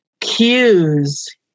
cues